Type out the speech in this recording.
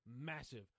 massive